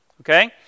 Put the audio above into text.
okay